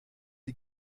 die